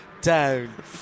down